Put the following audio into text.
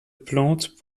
plantes